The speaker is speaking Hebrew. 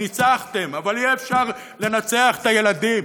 ניצחתם, אבל אי-אפשר לנצח את הילדים,